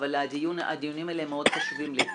אבל הדיונים האלה הם מאוד חשובים לי,